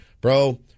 bro